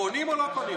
קונים או לא קונים?